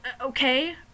Okay